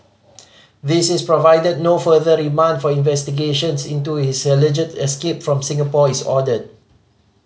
this is provided no further remand for investigations into his alleged escape from Singapore is ordered